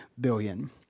billion